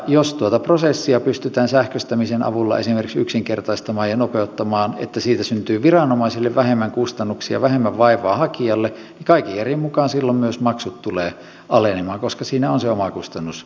jos tuota prosessia pystytään sähköistämisen avulla esimerkiksi yksinkertaistamaan ja nopeuttamaan niin että siitä syntyy viranomaisille vähemmän kustannuksia vähemmän vaivaa hakijalle niin kaiken järjen mukaan silloin myös maksut tulevat alenemaan koska siinä on se omakustannusperiaate